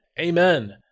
Amen